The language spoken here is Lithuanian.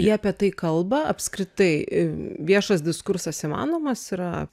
jie apie tai kalba apskritai viešas diskursas įmanomas yra